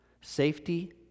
Safety